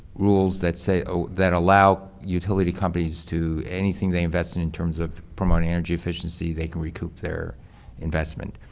rules that say, oh, that allow utility companies to, anything they invest in in terms of promoting energy efficiency, they can recoup their investment.